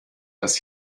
das